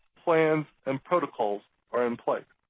plans, and protocols are in place.